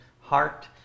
heart